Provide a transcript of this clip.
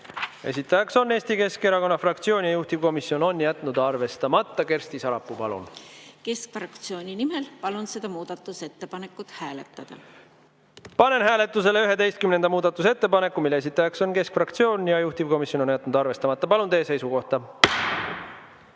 esitaja on Eesti Keskerakonna fraktsioon, juhtivkomisjon on jätnud arvestamata. Kersti Sarapuu, palun! Keskfraktsiooni nimel palun seda muudatusettepanekut hääletada. Panen hääletusele 11. muudatusettepaneku, mille esitaja on keskfraktsioon ja mille juhtivkomisjon on jätnud arvestamata. Palun teie seisukohta!